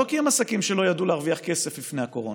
לא כי הם עסקים שלא ידעו להרוויח כסף לפני הקורונה,